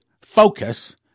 focus